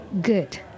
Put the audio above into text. good